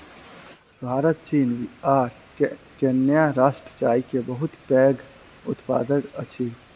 भारत चीन आ केन्या राष्ट्र चाय के बहुत पैघ उत्पादक अछि